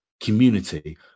community